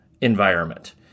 environment